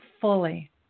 fully